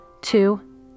Two